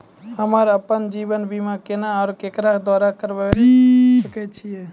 हमरा आपन जीवन बीमा केना और केकरो द्वारा करबै सकै छिये?